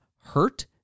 hurt